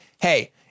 hey